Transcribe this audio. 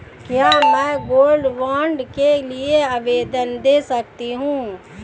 क्या मैं gold bond के लिए आवेदन दे सकती हूँ?